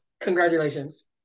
Congratulations